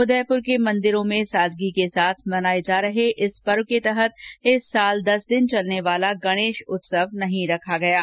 उदयपुर के मंदिरों में सादगी के साथ मनाये जा रहे इस पर्व के तहत इस साल दस दिन चालने वाला गणेश उत्सव नहीं रखा जा रहा है